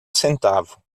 centavo